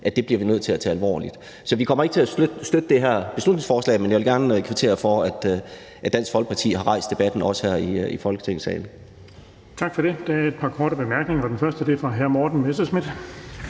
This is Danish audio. de demokratiske institutioner, alvorligt. Så vi kommer ikke til at støtte det her beslutningsforslag, men jeg vil gerne kvittere for, at Dansk Folkeparti har rejst debatten også her i Folketingssalen. Kl. 13:29 Den fg. formand (Erling Bonnesen): Tak for det. Der er et par korte bemærkninger. Den første er fra hr. Morten Messerschmidt.